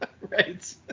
right